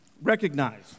Recognize